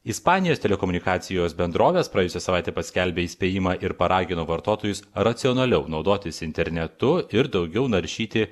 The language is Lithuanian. ispanijos telekomunikacijos bendrovės praėjusią savaitę paskelbė įspėjimą ir paragino vartotojus racionaliau naudotis internetu ir daugiau naršyti